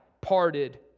parted